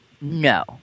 No